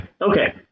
okay